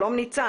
שלום, ניצן.